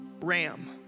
ram